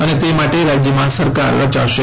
અને તે માટે રાજ્યમાં સરકાર રચશે